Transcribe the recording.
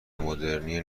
مدرنی